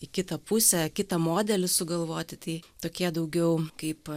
į kitą pusę kitą modelį sugalvoti tai tokie daugiau kaip